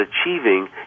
achieving